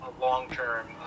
long-term